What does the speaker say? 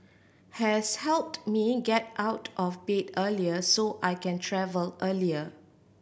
has helped me get out of bed earlier so I can travel earlier